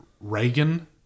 Reagan